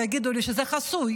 ויגידו לי שזה חסוי